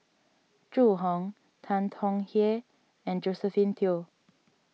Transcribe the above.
Zhu Hong Tan Tong Hye and Josephine Teo